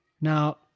Now